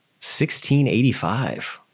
1685